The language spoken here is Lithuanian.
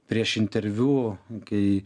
prieš interviu tai